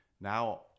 Now